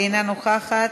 אינה נוכחת,